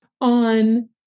on